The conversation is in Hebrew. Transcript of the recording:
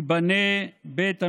ייבנה בית המקדש,